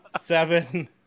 Seven